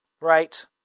right